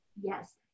Yes